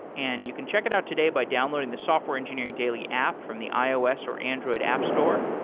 and you can check it out today by downloading the software engineering daily app from the ios or android app store,